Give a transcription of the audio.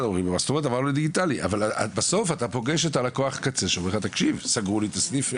בסוף אתה פוגש את לקוח הקצה שלך שאומר תקשיב סגרו לי את הסניף,